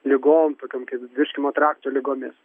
ligom tokiom kaip virškinimo trakto ligomis